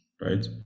right